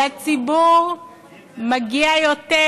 לציבור מגיע יותר.